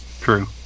True